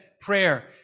prayer